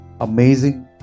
amazing